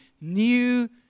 new